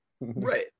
Right